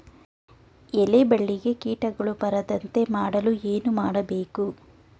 ಎಲೆ ಬಳ್ಳಿಗೆ ಕೀಟಗಳು ಬರದಂತೆ ಮಾಡಲು ಏನು ಮಾಡಬೇಕು?